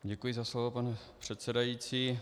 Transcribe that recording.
Děkuji za slovo, pane předsedající.